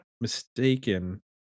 mistaken